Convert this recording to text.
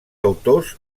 autors